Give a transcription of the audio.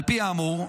על פי האמור,